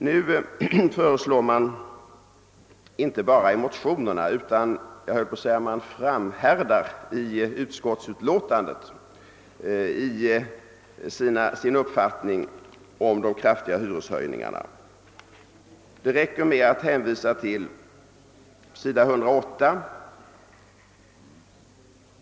Nu framför mittenpartierna inte bara i motionerna den uppfattningen att det skulle bli kraftiga hyreshöjningar. De framhärdar också i utskottsutlåtandet däri — det räcker egentligen med att hänvisa till sidan 108.